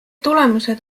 tulemused